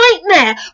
Nightmare